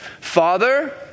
Father